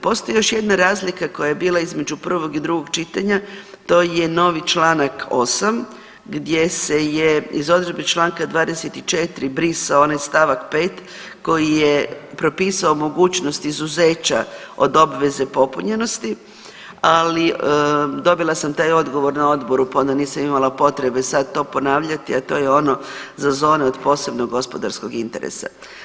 Postoji još jedna razlika koja je bila između prvog i drugog čitanja, to je novi čl. 8 gdje se je iz odredbe čl. 24 brisao onaj st. 5 koji je propisao mogućnost izuzeća od obveze popunjenosti, ali dobila sam taj odgovor na odboru pa onda nisam imala potrebe sad to ponavljati, a to je ono za tone od posebnog gospodarskog interesa.